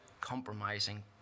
compromising